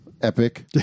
Epic